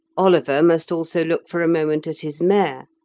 oliver must also look for a moment at his mare,